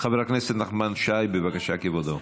חבר הכנסת נחמן שי, בבקשה, כבודו.